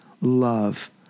love